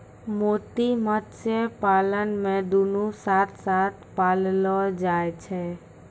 मोती मत्स्य पालन मे दुनु साथ साथ पाललो जाय छै